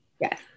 yes